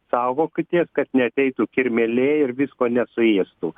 saugokitės kad neateitų kirmėlė ir visko nesuėstų